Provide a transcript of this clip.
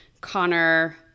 Connor